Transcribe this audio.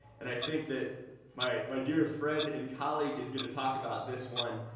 and i think that my my dear friend and colleague is going to talk about this one.